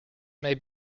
may